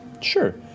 Sure